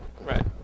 Right